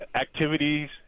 activities